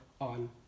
on